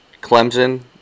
Clemson